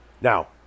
Now